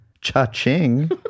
Cha-ching